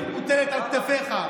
האחריות מוטלת על כתפיך.